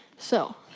so,